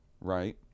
Right